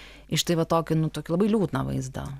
į štai va tokį nu tokį labai liūdną vaizdą